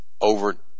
over